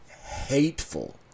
hateful